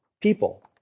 people